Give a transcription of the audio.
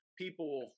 People